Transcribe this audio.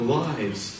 lives